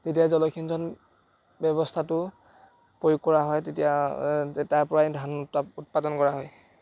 তেতিয়া জলসিঞ্চন ব্যৱস্থাটো প্ৰয়োগ কৰা হয় তেতিয়া তাৰ পৰাই ধান উত্তা উৎপাদন কৰা হয়